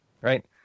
right